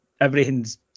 everything's